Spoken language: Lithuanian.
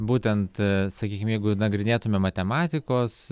būtent sakykim jeigu nagrinėtume matematikos